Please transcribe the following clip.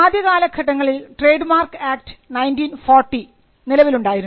ആദ്യകാലഘട്ടങ്ങളിൽ trade mark act 1940 നിലവിലുണ്ടായിരുന്നു